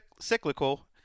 cyclical